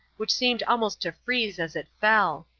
which seemed almost to freeze as it fell.